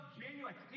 genuine